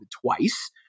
twice